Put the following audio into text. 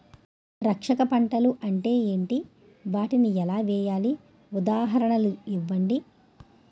రక్షక పంటలు అంటే ఏంటి? వాటిని ఎలా వేయాలి? ఉదాహరణలు ఇవ్వండి?